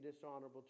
dishonorable